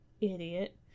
Idiot